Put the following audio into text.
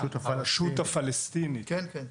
כן, כן.